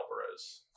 Alvarez